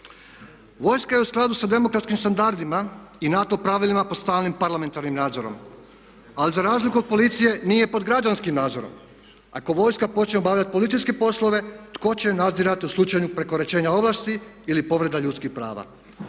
Vojska je u skladu sa demokratskim standardima i NATO pravilima pod stalnim parlamentarnim nadzorom. Ali za razliku od policije nije pod građanskim nadzorom. Ako vojska počne obavljati policijske poslove tko će nadzirati u slučaju prekoračenja ovlasti ili povreda ljudskih prava?